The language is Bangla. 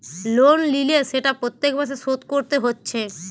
লোন লিলে সেটা প্রত্যেক মাসে শোধ কোরতে হচ্ছে